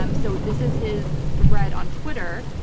um so this is his thread on twitter